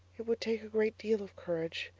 it would take a great deal of courage.